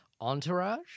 Entourage